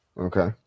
okay